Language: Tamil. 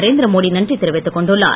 நரேந்திரமோடி நன்றி தெரிவித்துக் கொண்டுள்ளார்